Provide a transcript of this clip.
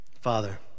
Father